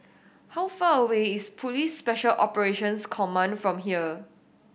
how far away is Police Special Operations Command from here